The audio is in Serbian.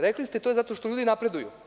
Rekli ste to zato što ljudi napreduju.